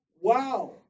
wow